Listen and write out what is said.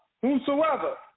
whosoever